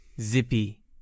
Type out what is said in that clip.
Zippy